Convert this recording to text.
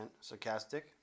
sarcastic